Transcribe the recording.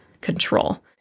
control